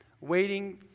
waiting